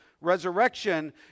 resurrection